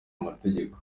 amategeko